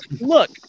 look